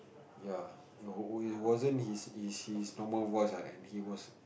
ya no it wasn't his his his normal voice ah and he was